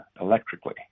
electrically